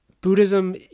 Buddhism